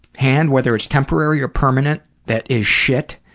hand whether it's temporary or permanent that is shit.